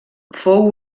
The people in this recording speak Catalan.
fou